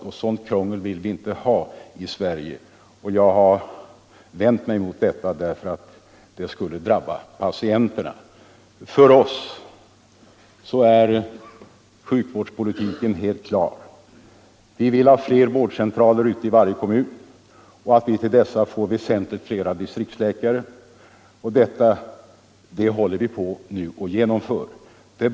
Ett sådant krångel vill vi inte ha i Sverige, och jag har vänt mig mot detta därför att det skulle drabba patienterna. För oss är sjukvårdspolitiken helt klar. Vi vill ha fler vårdcentraler i varje kommun och vid dessa väsentligt flera distriktsläkare. Detta håller nu på att genomföras.